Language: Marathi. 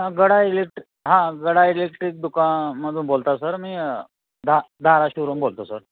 हां गडा इलेक्ट्र हां गडा इलेक्ट्रिक दुकानमधून बोलता सर मी धा धाराशिववरून बोलतो सर